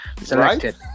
selected